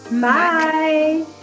Bye